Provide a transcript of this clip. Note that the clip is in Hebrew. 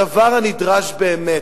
הדבר הנדרש באמת,